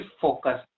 focus